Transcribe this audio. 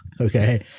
okay